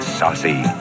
saucy